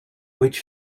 which